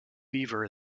beaver